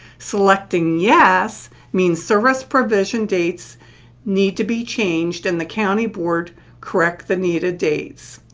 selecting yes means service provision dates need to be changed and the county board correct the needed dates.